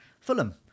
Fulham